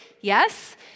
Yes